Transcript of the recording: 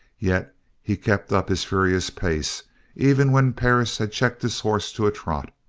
yet he kept up his furious pace even when perris had checked his horse to a trot.